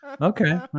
Okay